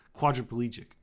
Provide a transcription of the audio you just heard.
quadriplegic